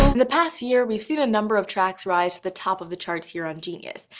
the past year, we've seen a number of tracks rise to the top of the charts here on genius,